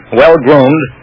well-groomed